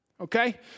Okay